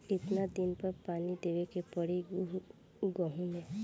कितना दिन पर पानी देवे के पड़ी गहु में?